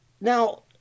Now